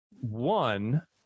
One